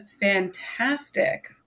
fantastic